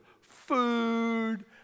food